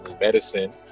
medicine